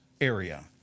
area